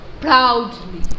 Proudly